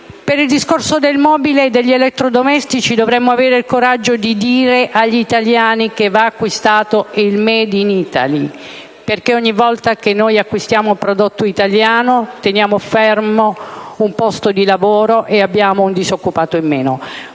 a quindici o vent'anni fa. In questo ambito dovremmo avere il coraggio di dire agli italiani che va acquistato il *made* *in* *Italy*, perché ogni volta che noi acquistiamo un prodotto italiano teniamo fermo un posto di lavoro e abbiamo un disoccupato in meno.